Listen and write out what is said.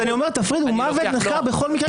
אז אני אומר, תפרידו, מוות נחקר בכל מקרה.